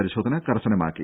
പരിശോധന കർശനമാക്കി